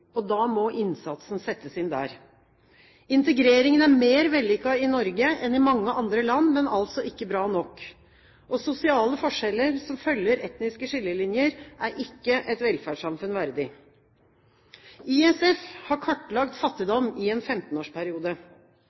integrering. Da må innsatsen settes inn der. Integreringen er mer vellykket i Norge enn i mange andre land, men altså ikke bra nok. Sosiale forskjeller som følger etniske skillelinjer, er ikke et velferdssamfunn verdig. ISF har kartlagt fattigdom i en